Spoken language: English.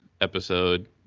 episode